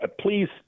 please